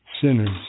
Sinners